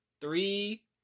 three